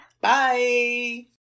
Bye